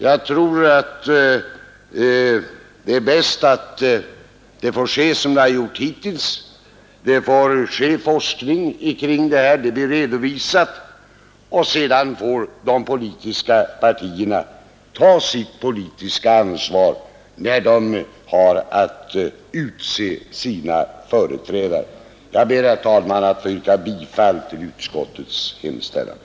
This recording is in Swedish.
Jag tror att det är bäst att ifrågavarande verksamhet får bedrivas på samma sätt som hittills. Först får man bedriva forskning som redovisas, och de politiska partierna får ta sitt politiska ansvar vid utseendet av sina företrädare. Jag ber, herr talman, att få yrka bifall till utskottets hemställan.